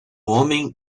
homem